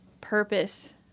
purpose